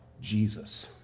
Jesus